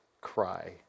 cry